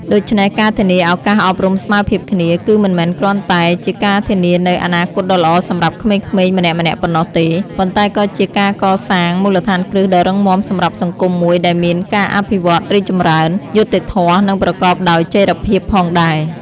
ដូច្នេះការធានាឱកាសអប់រំស្មើភាពគ្នា គឺមិនមែនគ្រាន់តែជាការធានានូវអនាគតដ៏ល្អសម្រាប់ក្មេងៗម្នាក់ៗប៉ុណ្ណោះទេ ប៉ុន្តែក៏ជាការកសាងមូលដ្ឋានគ្រឹះដ៏រឹងមាំសម្រាប់សង្គមមួយដែលមានការអភិវឌ្ឍរីកចម្រើន យុត្តិធម៌ និងប្រកបដោយចីរភាពផងដែរ។